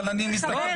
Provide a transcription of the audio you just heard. אבל אני מסתכל,